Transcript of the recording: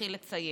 והתחיל לצייר.